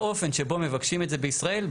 האופן שבו מבקשים את זה בישראל,